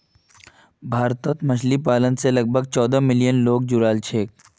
भारतत मछली पालन स लगभग चौदह मिलियन लोग जुड़ाल छेक